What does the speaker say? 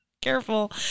Careful